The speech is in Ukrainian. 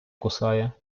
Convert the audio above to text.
кусає